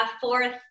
fourth –